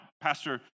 Pastor